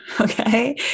okay